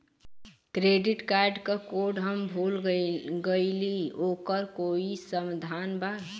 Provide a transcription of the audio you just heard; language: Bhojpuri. क्रेडिट कार्ड क कोड हम भूल गइली ओकर कोई समाधान बा?